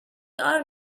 are